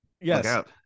yes